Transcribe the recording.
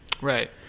Right